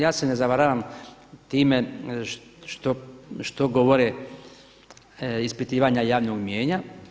Ja se ne zavaravam time što govore ispitivanja javnog mijenja.